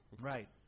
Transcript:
Right